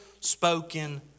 spoken